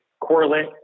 correlate